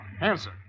Answer